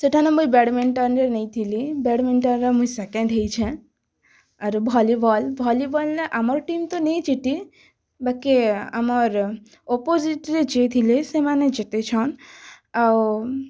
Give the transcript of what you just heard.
ସେଠାନ ମୁଇଁ ବ୍ୟାଡ଼ମିଣ୍ଟନ୍ରେ ନେଇଥିଲି ବ୍ୟାଡ଼ମିଣ୍ଟନ୍ରେ ମୁଇଁ ସେକେଣ୍ଡ୍ ହେଇଛେଁ ଆରୁ ଭଲିବଲ୍ ଭଲିବଲ୍ନେ ଆମର୍ ଟିମ୍ ତ ନାଇଁ ଜିତି ବାକି ଆମର୍ ଓପୋଜିଟ୍ ରେ ଯିଏଥିଲେ ସେମାନେ ଜିତିଛନ୍ ଆଉ